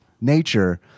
nature